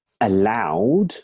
allowed